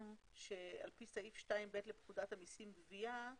על פי סעיף 2(ב) לפקודת המסים (גבייה),